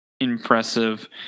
impressive